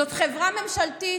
זו חברה ממשלתית,